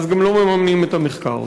גם לא מממנים את המחקר.